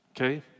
Okay